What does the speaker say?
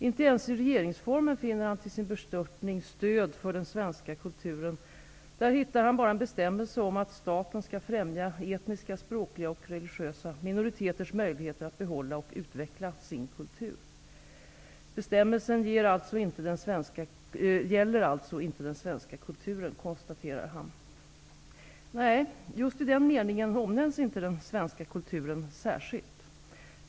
Inte ens i regeringsformen finner han till sin bestörtning stöd för den svenska kulturen -- där hittar han bara en bestämmelse om att staten skall ''främja etniska, språkliga och religiösa minoriteters möjligheter att behålla och utveckla sin kultur''. ''Bestämmelsen gäller alltså inte den svenska kulturen'', konstaterar han. Nej, just i den meningen omnämns inte den svenska kulturen särskilt.